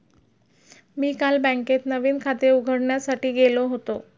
मी काल बँकेत नवीन खाते उघडण्यासाठी गेलो होतो